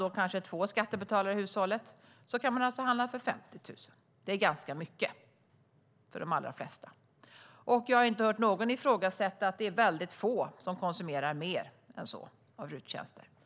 Är man två skattebetalare i hushållet kan man alltså handla för 50 000 kronor. Det är ganska mycket för de allra flesta. Jag har inte hört någon ifrågasätta att det är väldigt få som konsumerar mer RUT-tjänster än så.